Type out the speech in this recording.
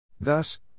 Thus